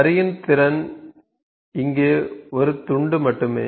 வரியின் திறன் இங்கே ஒரு துண்டு மட்டுமே